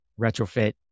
retrofit